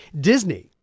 Disney